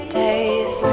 days